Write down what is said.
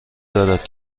دارد